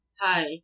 hi